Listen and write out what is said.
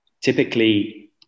typically